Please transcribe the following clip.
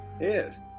Yes